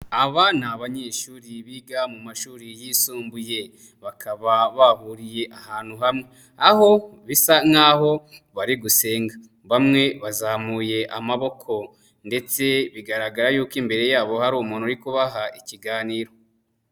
Aba ni abanyeshuri biga mu mashuri yisumbuye, bakaba bahuriye ahantu hamwe, aho bisa nkaho bari gusenga, bamwe bazamuye amaboko ndetse bigaragara yuko imbere yabo hari umuntu uri kubaha ikiganiro.